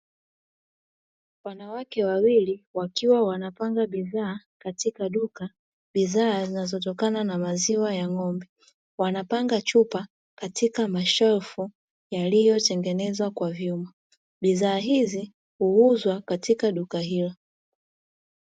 Wanawake wawili wakiwa wanapanga bidhaa katika duka, bidhaa zinazotokana na maziwa ya ng'ombe wanapanga chupa katika mashelfu yaliyotengenezwa kwa vyuma, bidhaa hizi huuzwa katika duka hilo.